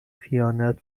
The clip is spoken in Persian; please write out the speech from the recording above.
خیانت